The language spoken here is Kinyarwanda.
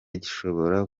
gishobora